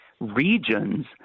regions